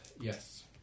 yes